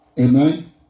Amen